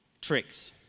tricks